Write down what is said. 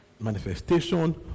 Manifestation